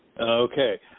Okay